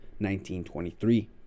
1923